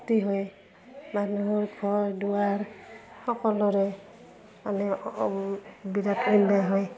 ক্ষতি হয় মানুহৰ ঘৰ দুৱাৰ সকলোৰে মানে বিৰাট হয়